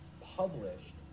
published